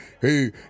hey